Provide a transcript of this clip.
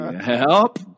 help